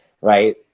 right